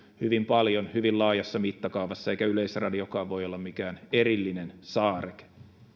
hyvin paljon hyvin laajassa mittakaavassa eikä yleisradiokaan voi olla mikään erillinen saareke